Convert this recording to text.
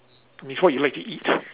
means what you like to eat